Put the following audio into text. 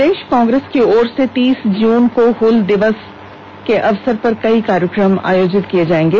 प्रदेश कांग्रेस की ओर से तीस जून को हूल दिवस पर कई कार्यक्रम आयोजित किए जाएंगे